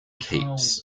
keeps